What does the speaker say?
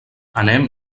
anem